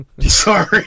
Sorry